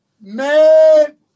man